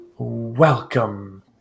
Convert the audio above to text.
Welcome